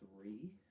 three